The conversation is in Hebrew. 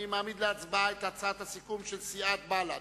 אני מעמיד להצבעה את הצעת הסיכום של סיעת בל"ד.